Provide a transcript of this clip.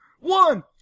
one